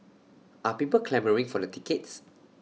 are people clamouring for the tickets